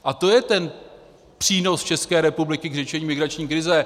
A to je ten přínos České republiky k řešení migrační krize.